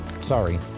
Sorry